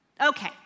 Okay